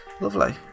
Lovely